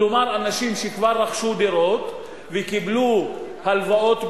כלומר אנשים שכבר רכשו דירות וקיבלו הלוואות גדולות?